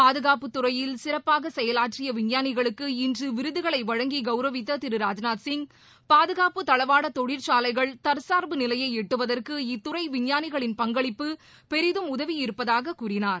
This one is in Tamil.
பாதுகாப்புத்துறையில் சிறப்பாக செயலாற்றிய விஞ்ஞாளிகளுக்கு இன்று விருதுகளை வழங்கி கௌரவித்த திரு ராஜ்நாத்சிய் பாதுகாப்பு தளவாட தொழிற்சாலைகள் தற்சார்பு நிலையை எட்டுவதற்கு இத்துறை விஞ்ஞானிகளின் பங்களிப்பு பெரிதும் உதவியிருப்பதாக கூறினார்